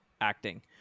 acting